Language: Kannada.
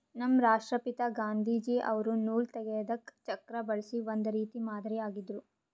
ನಮ್ ರಾಷ್ಟ್ರಪಿತಾ ಗಾಂಧೀಜಿ ಅವ್ರು ನೂಲ್ ತೆಗೆದಕ್ ಚಕ್ರಾ ಬಳಸಿ ಒಂದ್ ರೀತಿ ಮಾದರಿ ಆಗಿದ್ರು